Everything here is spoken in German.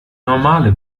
normale